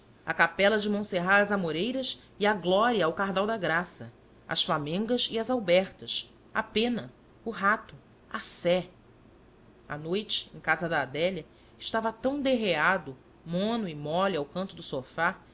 a capela de monserrate às amoreiras e a glória ao cardal da graça as flamengas e as albertas a pena o rato a sé à noite em casa da adélia estava tão derreado mono e mole ao canto do sofá